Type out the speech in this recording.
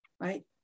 right